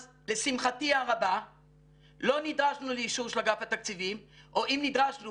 אז לשמחתי הרבה לא נדרשנו לאישור של אגף התקציבים או אם נדרשנו,